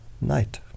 night